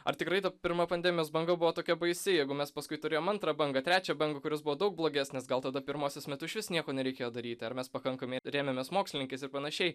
ar tikrai ta pirma pandemijos banga buvo tokia baisi jeigu mes paskui turėjom antrą bangą trečią bangą kurios buvo daug blogesnės gal tada pirmosios metu išvis nieko nereikėjo daryti ar mes pakankamai rėmėmės mokslininkais ir panašiai